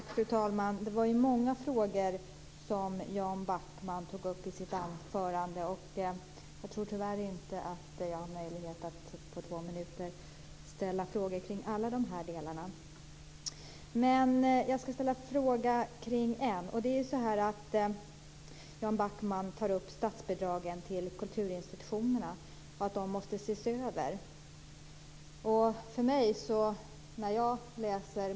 Fru talman! Jan Backman tog upp många saker i sitt anförande, och jag har tyvärr inte möjlighet att på två minuter ställa frågor kring alla dessa. Jag skulle dock vilja ställa en fråga. Jan Backman säger att statsbidragen till kulturinstitutionerna måste ses över.